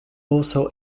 also